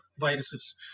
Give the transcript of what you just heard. viruses